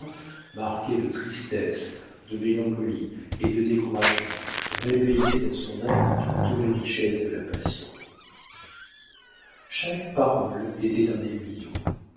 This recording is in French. marqués de tristesse de mélancolie et de découragement réveillaient dans son âme toutes les richesses de la passion chaque parole était un aiguillon